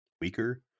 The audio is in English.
weaker